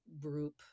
group